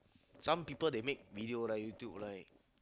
some people they make video right YouTube right